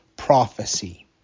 prophecy